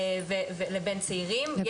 לבין צעירים,